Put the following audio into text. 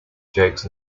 jokes